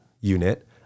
unit